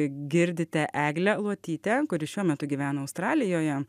girdite eglę luotytę kuri šiuo metu gyvena australijoje